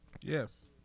Yes